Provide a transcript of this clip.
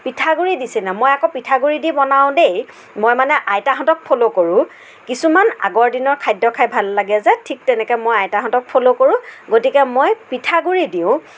পিঠা গুড়ি দিছিলে মই আকৌ পিঠা গুড়ি দি বনাওঁ দেই মই মানে আইতাহঁতক ফ'ল' কৰোঁ কিছুমান আগৰ দিনৰ খাদ্য খায় ভাল লাগে যে ঠিক তেনেকৈ মই আইতাসকলক ফ'ল' কৰোঁ গতিকে মই পিঠা গুড়ি দিওঁ